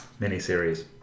Miniseries